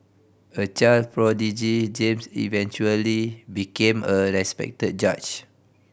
a child prodigy James eventually became a respected judge